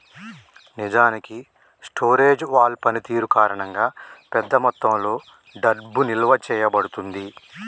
నిజానికి storage wall పనితీరు కారణంగా పెద్ద మొత్తంలో డబ్బు నిలువ చేయబడుతుంది